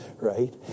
right